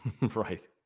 Right